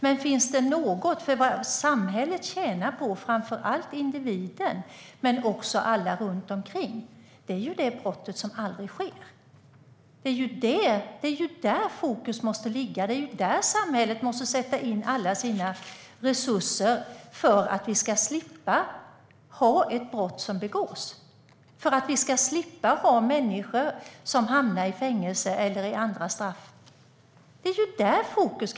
Men är det något samhället - framför allt individen men också alla runt omkring - tjänar på är det brottet som aldrig sker. Det är här fokus måste ligga. Här måste samhället sätta in alla sina resurser för att vi ska slippa att brott begås och människor hamnar i fängelse eller får andra straff.